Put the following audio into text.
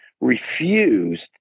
refused